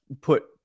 put